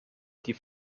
die